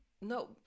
no